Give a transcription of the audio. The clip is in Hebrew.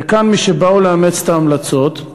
וכאן, משבאו לאמץ את ההמלצות,